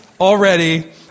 already